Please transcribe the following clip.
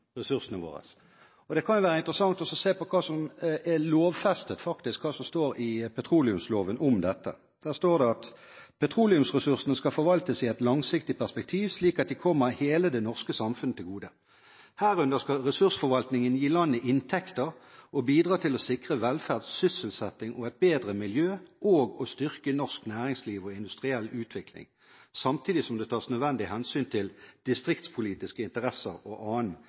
Det kan være interessant å se på hva som er lovfestet, hva som står i petroleumsloven om dette. Der står det: «Petroleumsressursene skal forvaltes i et langsiktig perspektiv slik at de kommer hele det norske samfunn til gode. Herunder skal ressursforvaltningen gi landet inntekter og bidra til å sikre velferd, sysselsetting og et bedre miljø og å styrke norsk næringsliv og industriell utvikling samtidig som det tas nødvendige hensyn til distriktspolitiske interesser og annen